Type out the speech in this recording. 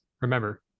remember